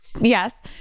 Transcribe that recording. Yes